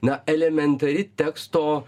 na elementari teksto